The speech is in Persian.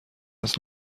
است